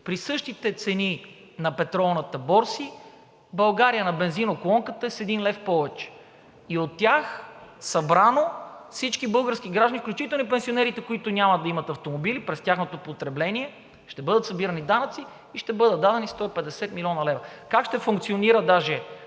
при същите цени на петролните борси в България на бензиноколонката е с един лев повече. И това е от тях събрано – всички български граждани, включително и пенсионерите, които няма да имат автомобили – през тяхното потребление ще бъдат събирани данъци и ще бъдат дадени 150 млн. лв. Как ще функционира даже